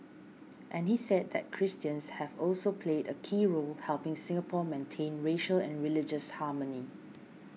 and he said that Christians have also played a key role helping Singapore maintain racial and religious harmony